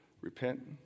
Repent